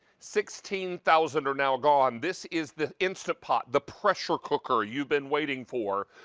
sixteen thousand are now gone. this is the instant pot, the pressure cooker you've been waiting for.